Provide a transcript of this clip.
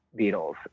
Beatles